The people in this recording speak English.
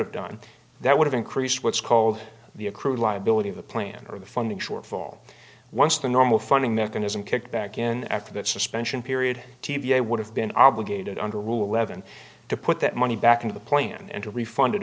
have done that would have increased what's called the accrued liability of the plan or the funding shortfall once the normal funding mechanism kicked back in after that suspension period dva would have been obligated under rule eleven to put that money back into the plan and to refund